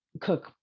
cook